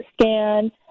scan